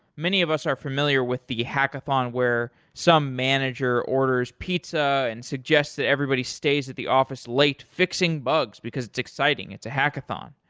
many of us are familiar with the hackathon where some manager orders pizza and suggests that everybody stays at the office late fixing bugs because it's exciting, it's a hackathon.